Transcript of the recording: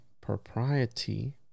propriety